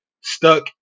stuck